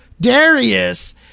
Darius